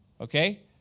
Okay